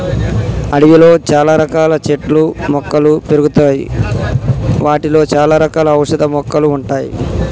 అడవిలో చాల రకాల చెట్లు మొక్కలు పెరుగుతాయి వాటిలో చాల రకాల ఔషధ మొక్కలు ఉంటాయి